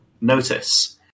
Notice